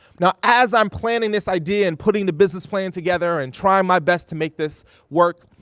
now, as i'm planning this idea and putting the business plan together and trying my best to make this work,